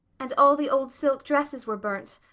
and all the old silk dresses were burnt,